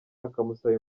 akamusaba